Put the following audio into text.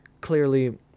Clearly